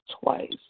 twice